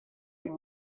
این